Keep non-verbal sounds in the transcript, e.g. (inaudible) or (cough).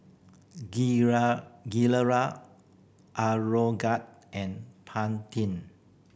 (unintelligible) Gilera Aroguard and Pantene